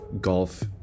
golf